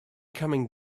coming